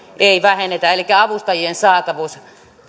ei vähennetä elikkä avustajien saatavuus